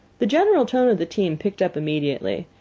the general tone of the team picked up immediately.